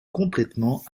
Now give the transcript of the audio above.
complètement